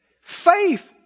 Faith